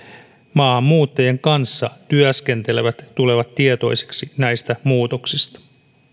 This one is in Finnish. maahanmuuttajien kanssa työskentelevät tulevat tietoisiksi näistä muutoksista